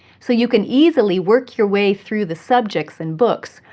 so you can easily work your way through the subjects and books,